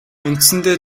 үндсэндээ